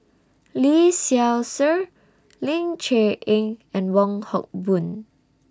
Lee Seow Ser Ling Cher Eng and Wong Hock Boon